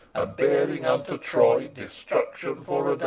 bearing unto troy destruction for